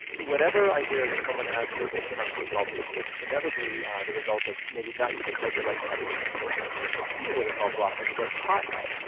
whenever i hear that someone has food that came out too salty, it's it's inevitably the result of maybe not using quite the right technique. so if you're if you're heating with a salt block, when you get it hot enough,